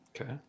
Okay